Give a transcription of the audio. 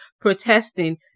protesting